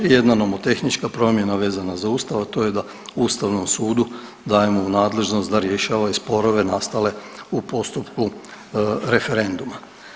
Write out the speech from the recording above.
I jedna nomotehnička promjena vezana za Ustav, a to je da Ustavnom sudu dajemo u nadležnost da rješava i sporove nastale u postupku referenduma.